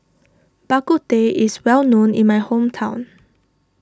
Bak Kut Teh is well known in my hometown